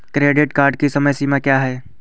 Credit card की समय सीमा क्या है?